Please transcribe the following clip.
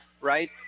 right